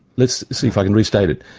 let's see if i can restate it.